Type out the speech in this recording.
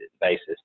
basis